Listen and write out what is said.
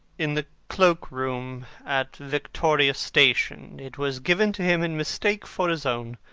in the cloak-room at victoria station. it was given to him in mistake for his own.